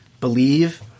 Believe